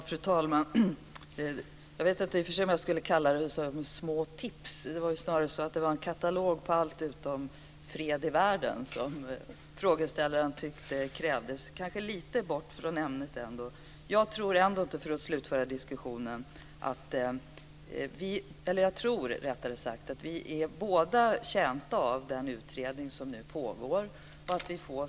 Fru talman! Jag vet inte om jag skulle kalla detta små tips. Det var snarare en katalog över allt, utom fred i världen, som frågeställaren tyckte krävdes. Kanske kom vi lite bort från ämnet. Jag tror ändå, för att slutföra diskussionen, att vi båda är betjänta av den utredning som nu pågår.